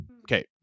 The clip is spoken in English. Okay